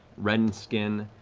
red in skin,